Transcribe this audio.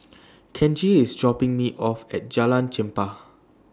Kenji IS dropping Me off At Jalan Chempah